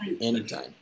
Anytime